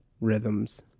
rhythms